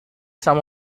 some